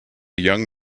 young